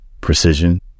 precision